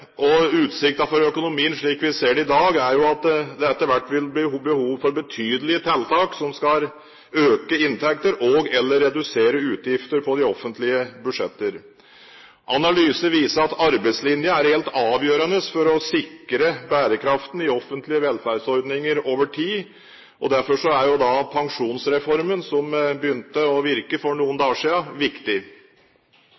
for økonomien, slik vi ser det i dag, er at det etter hvert vil bli behov for betydelige tiltak som skal øke inntekter og/eller redusere utgifter på de offentlige budsjetter. Analyser viser at arbeidslinjen er helt avgjørende for å sikre bærekraften i offentlige velferdsordninger over tid. Derfor er pensjonsreformen, som begynte å virke for noen